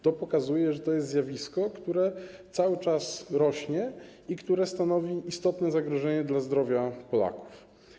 To pokazuje, że to jest zjawisko, które cały czas narasta i które stanowi istotne zagrożenie dla zdrowia Polaków.